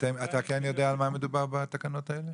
ואתה כן יודע על מה מדובר בתקנות האלה?